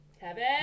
Kevin